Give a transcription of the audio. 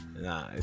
nah